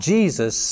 Jesus